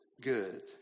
good